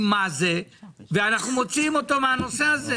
מה זה ואנחנו מוציאים אותו מהנושא הזה?